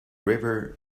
river